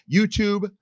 YouTube